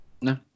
no